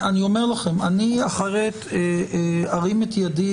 אני אומר לכם, אני ארים את ידי,